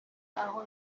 aho